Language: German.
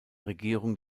regierung